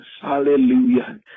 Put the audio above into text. Hallelujah